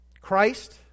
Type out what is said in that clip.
Christ